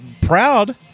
proud